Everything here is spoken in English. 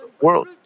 world